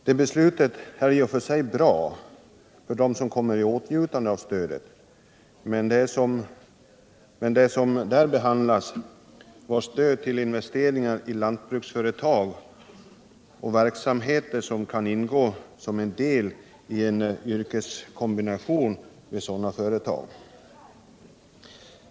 Det beslutet är i och för sig bra för dem som kan komma i åtnjutande av stödet, men det gällde stöd till investeringar i lantbruksföretag och verksamheter som kan ingå som en del i en yrkeskombination vid sådana företag.